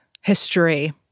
history